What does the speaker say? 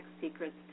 secrets